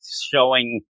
showing